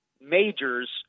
majors